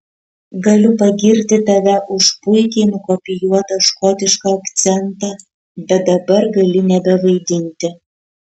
galiu pagirti tave už puikiai nukopijuotą škotišką akcentą bet dabar gali nebevaidinti